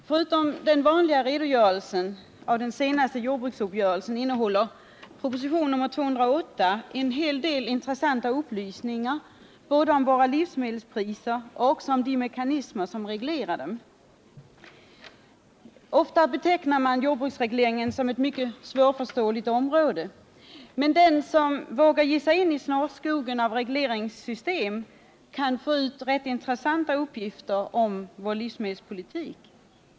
Förutom den vanliga redogörelsen av den senaste jordbruksuppgörelsen innehåller propositionen 208 en del intressanta upplysningar både om våra livsmedelspriser och om de mekanismer som reglerar dem. Ofta betecknar man jordbruksprisregleringen som ett svårförståeligt område, men den som vågar ge sig in i snårskogen av regleringssystem kan få ut ganska intressanta uppgifter om vår livsmedelspolitik.